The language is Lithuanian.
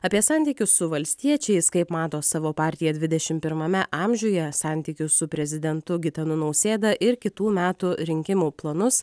apie santykius su valstiečiais kaip mato savo partiją dvidešimt pirmame amžiuje santykius su prezidentu gitanu nausėda ir kitų metų rinkimų planus